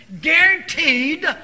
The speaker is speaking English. guaranteed